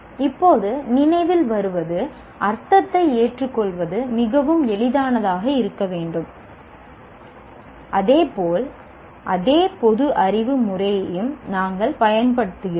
இப்போது நினைவில் வருவது அர்த்தத்தை ஏற்றுக்கொள்வது மிகவும் எளிதானதாக இருக்க வேண்டும் அதேபோல் அதே பொதுஅறிவு முறையையும் நாங்கள் பயன்படுத்தப்படுகிறோம்